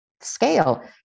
scale